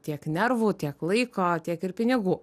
tiek nervų tiek laiko tiek ir pinigų